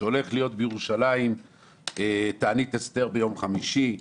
שהולך להיות בירושלים תענית אסתר ביום חמישי.